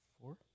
Four